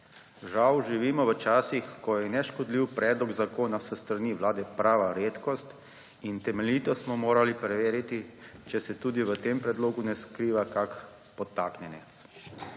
Žal živimo v časih, ko je neškodljiv predlog zakona s strani vlade prava redkost in temeljito smo morali preveriti, če se tudi v tem predlogu ne skriva kakšen podtaknjenec.